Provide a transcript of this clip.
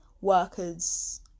workers